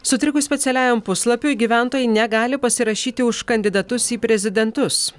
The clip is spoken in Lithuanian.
sutrikus specialiajam puslapiui gyventojai negali pasirašyti už kandidatus į prezidentus